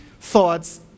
thoughts